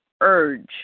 urge